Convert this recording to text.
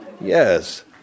yes